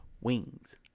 Wings